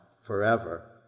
forever